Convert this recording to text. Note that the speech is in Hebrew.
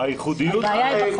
ברגע שהוא